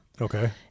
Okay